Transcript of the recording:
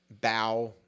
bow